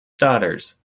daughters